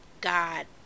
God